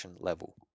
level